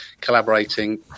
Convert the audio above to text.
collaborating